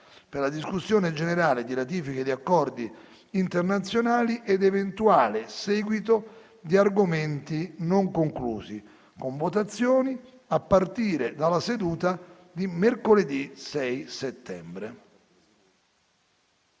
per la discussione generale di ratifiche di accordi internazionali ed eventuale seguito di argomenti non conclusi, con votazioni a partire dalla seduta di mercoledì 6 settembre.